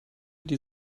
die